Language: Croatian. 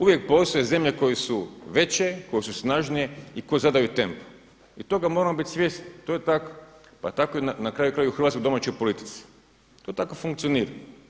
Uvijek postoje zemlje koje su veće, koje su snažnije i koje zadaju tempo i toga moramo biti svjesni, to je tako, pa je tako na kraju krajeva i u hrvatskoj domaćoj politici, to tako i funkcionira.